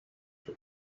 for